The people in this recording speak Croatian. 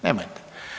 Nemojte.